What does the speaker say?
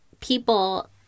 people